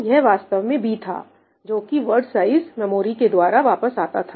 और यह वास्तव में b थाजोकि वर्ल्ड साइज मेमोरी के द्वारा वापस आता था